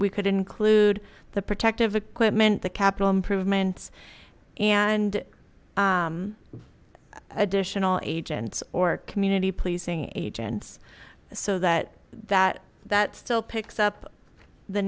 we could include the protective equipment the capital improvements and additional agents or community policing agents so that that that still picks up the